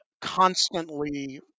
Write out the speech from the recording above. constantly